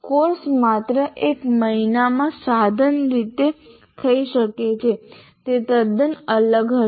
course માત્ર એક મહિનામાં સઘન રીતે થઈ શકે છે જે તદ્દન અલગ હશે